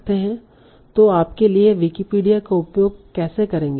तो आप इसके लिए विकिपीडिया का उपयोग कैसे करेंगे